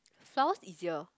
sounds easier